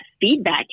feedback